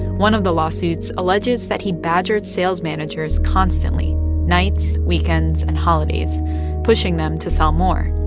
one of the lawsuits alleges that he badgered sales managers constantly nights, weekends and holidays pushing them to sell more.